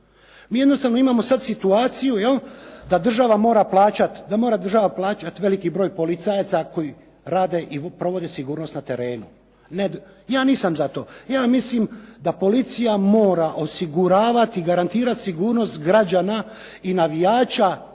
Mi jednostavno imamo sad situaciju da država mora plaćati, da mora država plaćati veliki broj policajaca koji rade i provode sigurnost na terenu. Ja nisam za to. Ja mislim da policija mora osiguravati, garantirati sigurnost građana i navijača